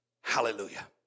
Hallelujah